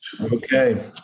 Okay